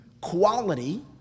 quality